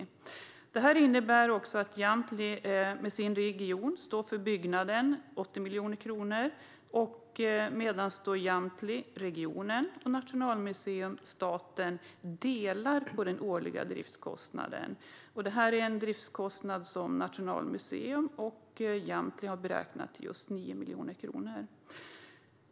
Jamtli med sin region står för kostnaden för byggnaden, 80 miljoner kronor, medan Jamtli, regionen, Nationalmuseum och staten delar på den årliga driftskostnaden, som Nationalmuseum och Jamtli har beräknat till 9 miljoner kronor.